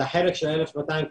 את 1,200 העולים,